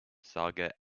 saga